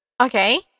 Okay